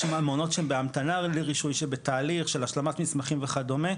יש מעונות שהן בהמתנה לרישוי שבתהליך של השלמת מסמכים וכדומה,